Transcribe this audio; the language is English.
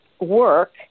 work